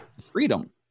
freedom